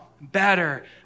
better